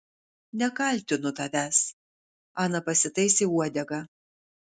nekaltinu tavęs ana pasitaisė uodegą